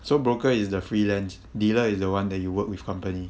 so broker is the freelance dealer is the one that you work with company